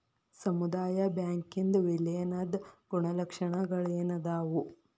ಸಮುದಾಯ ಬ್ಯಾಂಕಿಂದ್ ವಿಲೇನದ್ ಗುಣಲಕ್ಷಣಗಳೇನದಾವು?